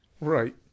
Right